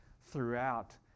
throughout